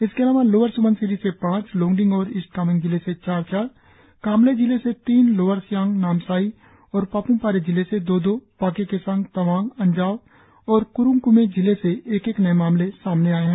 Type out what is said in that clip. इसके अलावा लोअर स्बनसिरी से पांच लोंगडिंग और ईस्ट कामेंग जिले से चार चार कामले जिले से तीन लोअर सियांग नामसाई और पाप्मपारे जिले से दो दो पाक्के केसांग तवांग अंजाव और क्रुंग क्मे जिले से एक एक नए मामले सामने आए है